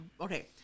Okay